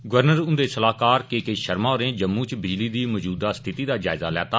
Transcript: governor हन्दे स्लाहकार K K Sharma होरें जम्मू च बिजली दी मजूदा स्थिति दा जायजा लैता